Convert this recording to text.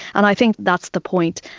and i think that's the point.